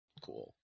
Cool